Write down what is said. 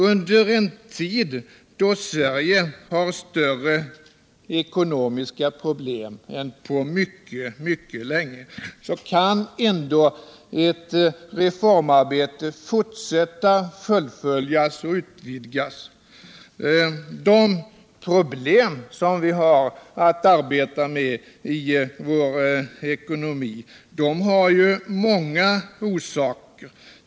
Under en tid då Sverige har större ekonomiska problem än på mycket länge kan ctt reformarbete ändå fortsätta, fullföljas och utvidgas. De problem som vi har att arbeta med i vår ekonomi har många orsaker.